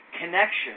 connection